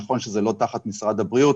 נכון שזה לא תחת משרד הבריאות,